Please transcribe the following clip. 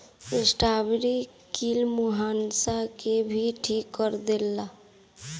strawberry कील मुंहासा के भी ठीक कर देला